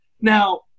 Now